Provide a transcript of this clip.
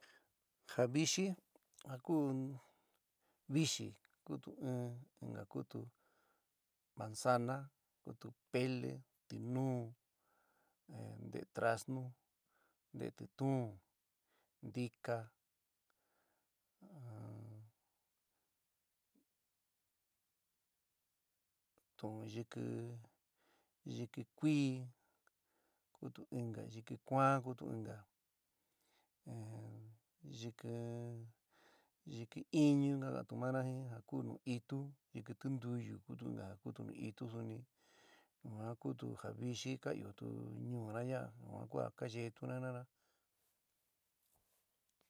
Ja vɨxɨ. ja ku vɨxɨ kutu in, inka kútu manzana, kútu pele. tinú, nteé traznu, nteé tituún, ntika, tu'un yɨkɨ yɨkɨ kuí, kutu inkaa, yɨkɨ kuán kutu inka, yɨkɨn íñu ka kantumana jin ja kuú nu ítu, yɨkɨ tintuyo kutu inka ja kutu nu ítu suni yuan kútu ja vɨxɨ ka ɨó tu ñuúna yaa yuan ku a ka yeétuna jina'ana.